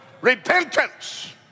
repentance